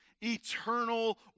eternal